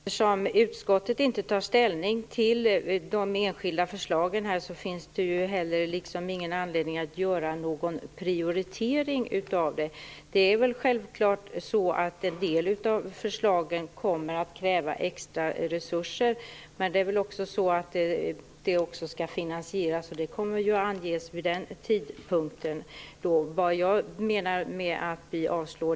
Herr talman! Eftersom utskottet inte tar ställning till de enskilda förslagen finns det inte heller någon anledning att göra någon prioritering. Självfallet kommer en del av förslagen att kräva extra resurser, men de skall också finansieras. Det kommer att anges vid den tidpunkten.